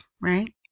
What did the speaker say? right